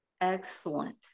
Excellent